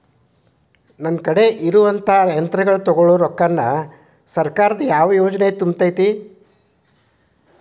ನನ್ ಕಡೆ ಇರುವಂಥಾ ಯಂತ್ರಗಳ ತೊಗೊಳು ರೊಕ್ಕಾನ್ ಸರ್ಕಾರದ ಯಾವ ಯೋಜನೆ ತುಂಬತೈತಿ?